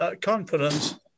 confidence